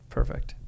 Perfect